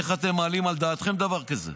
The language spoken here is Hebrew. איך אתם מעלים על דעתכם דבר כזה?